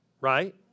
right